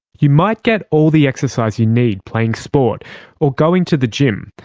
you might get all the exercise you need playing sport or going to the gym,